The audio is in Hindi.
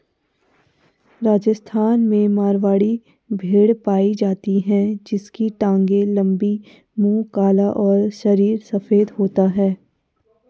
राजस्थान में मारवाड़ी भेड़ पाई जाती है इसकी टांगे लंबी, मुंह काला और शरीर सफेद होता है